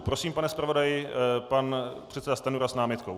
Prosím, pane zpravodaji, pan předseda Stanjura s námitkou.